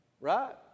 Right